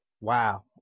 Wow